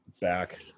back